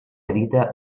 edita